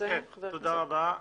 תודה רבה.